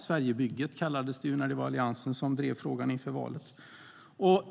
Sverigebygget kallades det när det var Alliansen som drev frågan inför valet.